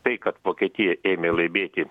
tai kad vokietija ėmė laimėti